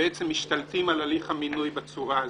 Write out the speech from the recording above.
ומשתלטים על הליך המינוי בצורה הזאת.